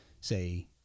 say